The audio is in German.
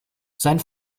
sein